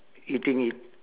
eating it